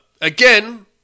Again